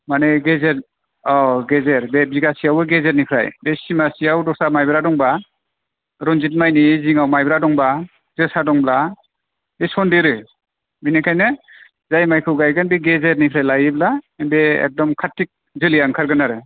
माने गेजेर औ गेजेर बे बिगासेयावनो गेजेरनिफ्राय बे सिमासेयाव दस्रा माइब्रा दंबा रनजिद माइनि जिङाव माइब्रा दंबा जोसा दंब्ला बे सनदेरो बेनिखायनो जाय माइखौ गायगोन बे गेजेरनिफ्राय लायोब्ला बे एखदम खारथिक जोलैया ओंखारगोन आरो